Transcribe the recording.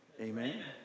Amen